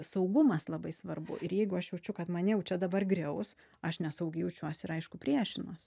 saugumas labai svarbu ir jeigu aš jaučiu kad mane jau čia dabar griaus aš nesaugiai jaučiuos ir aišku priešinuos